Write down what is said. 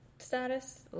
status